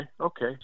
okay